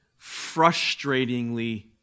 frustratingly